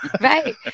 Right